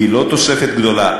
היא לא תוספת גדולה.